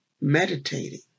meditating